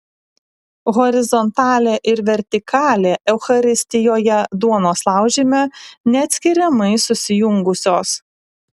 horizontalė ir vertikalė eucharistijoje duonos laužyme neatskiriamai susijungusios